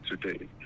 today